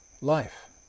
life